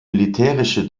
militärische